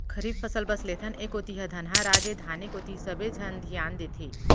खरीफ फसल बस लेथन, ए कोती ह धनहा राज ए धाने कोती सबे झन धियान देथे